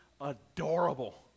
adorable